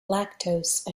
lactose